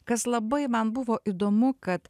kas labai man buvo įdomu kad